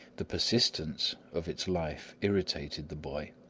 the persistence of its life irritated the boy.